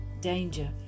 danger